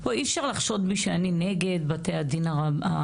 אי אפשר לחשוד בי שאני נגד בתי הדין הרבניים.